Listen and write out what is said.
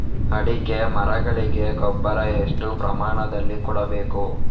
ಅಡಿಕೆ ಮರಗಳಿಗೆ ಗೊಬ್ಬರ ಎಷ್ಟು ಪ್ರಮಾಣದಲ್ಲಿ ಕೊಡಬೇಕು?